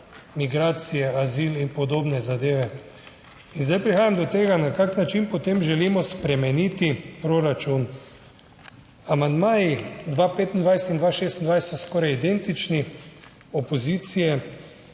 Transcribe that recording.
migracije, azil in podobne zadeve. In zdaj prihaja do tega na kakšen način potem želimo spremeniti proračun. Amandmaji 2025 in 2026 so skoraj identični opozicije.